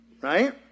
Right